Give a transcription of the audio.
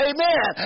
Amen